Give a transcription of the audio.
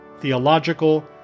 theological